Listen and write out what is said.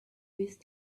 with